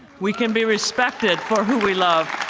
we can be respected for who we love.